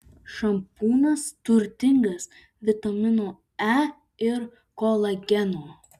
šampūnas turtingas vitamino e ir kolageno